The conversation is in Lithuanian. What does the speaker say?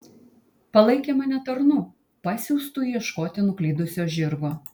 palaikė mane tarnu pasiųstu ieškoti nuklydusio žirgo